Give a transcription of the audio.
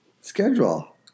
schedule